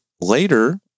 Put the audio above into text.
Later